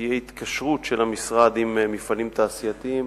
תהיה התקשרות של המשרד עם מפעלים תעשייתיים